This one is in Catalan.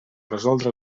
resoldre